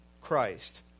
Christ